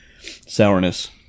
sourness